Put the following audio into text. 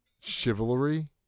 chivalry